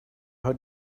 how